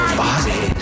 body